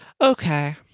okay